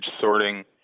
sorting